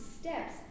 steps